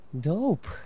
Dope